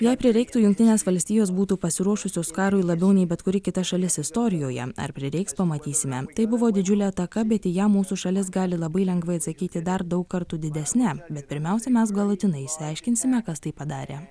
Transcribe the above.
jei prireiktų jungtinės valstijos būtų pasiruošusios karui labiau nei bet kuri kita šalis istorijoje ar prireiks pamatysime tai buvo didžiulė ataka bet į ją mūsų šalis gali labai lengvai atsakyti dar daug kartų didesne bet pirmiausia mes galutinai išsiaiškinsime kas tai padarė